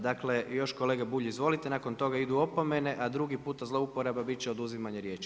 Dakle, još kolega Bulj, izvolite, nakon toga idu opomene, a drugi puta zlouporaba bit će oduzimanje riječi.